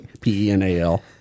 P-E-N-A-L